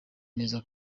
neza